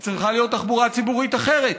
היא צריכה להיות תחבורה ציבורית אחרת.